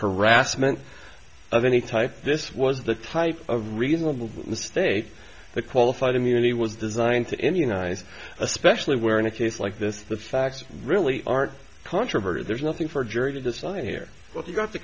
harassment of any type this was the type of reasonable mistake the qualified immunity was designed to any nice especially where in a case like this the facts really aren't controverted there's nothing for a jury to decide here but you've got to